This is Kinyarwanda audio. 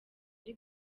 ari